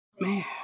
Man